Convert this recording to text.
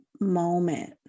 moment